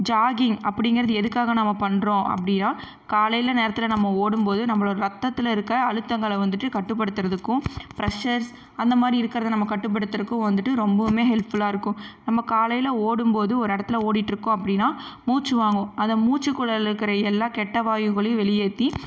jogging அப்படிங்கிறது எதுக்காக நம்ம பண்ணுறோம் அப்படின்னா காலையில் நேரத்தில் நம்ம ஓடும்போது நம்ப ரத்தத்தில் இருக்க அழுத்தங்களை வந்துட்டு கட்டுப்படுத்துறதுக்கும் பிரஷர்ஸ் அந்தமாதிரி இருக்கிறத நம்ம கட்டுப்படுத்துறதுக்கும் வந்துட்டு ரொம்பவுமே ஹெல்ப்ஃபுல்லாக இருக்கும் நம்ம காலையில் ஓடும்போதும் ஒரு இடத்துல ஓடிட்டு இருக்கோம் அப்படின்னா மூச்சு வாங்கும் அந்த மூச்சு குழாயில் இருக்கிற எல்லா கெட்ட வாயுக்களையும் வெளியேற்றி